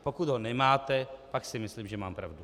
Pokud ho nemáte, pak si myslím, že mám pravdu.